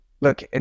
Look